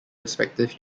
respective